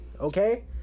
okay